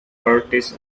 curtis